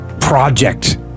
project